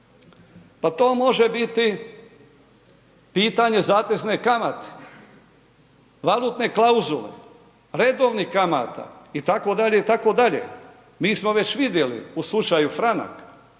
Pa to može biti pitanje zatezne kamate, valutne klauzule, redovnih kamata itd. itd. Mi smo već vidjeli u slučaju Franak